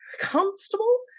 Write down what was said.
constable